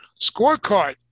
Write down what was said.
scorecard